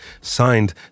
signed